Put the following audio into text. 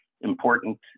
important